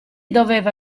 doveva